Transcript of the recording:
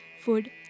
food